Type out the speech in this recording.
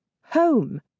home